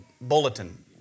bulletin